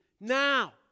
Now